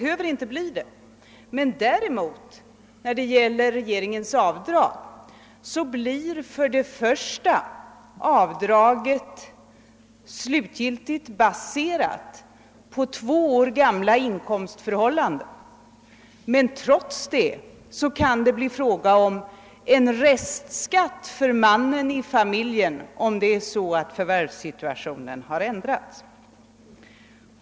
När det däremot gäller regeringens avdrag blir detta slutgiltigt baserat på två år gamla inkomstförhållanden, men trots detta kan det bli fråga om en restskatt för mannen i famil jen, om förvärvssituationen har ändrats.